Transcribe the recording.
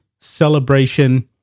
celebration